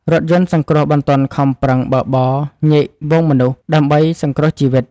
រថយន្តសង្គ្រោះបន្ទាន់ខំប្រឹងបើកបរញែកហ្វូងមនុស្សដើម្បីសង្គ្រោះជីវិត។